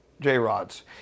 J-Rods